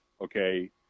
okay